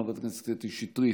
חברת הכנסת קטי שטרית,